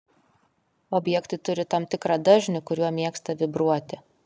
objektai turi tam tikrą dažnį kuriuo mėgsta vibruoti